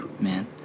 Man